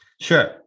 Sure